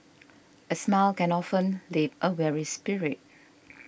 a smile can often lip a weary spirit